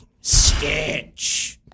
Sketch